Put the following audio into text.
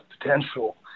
potential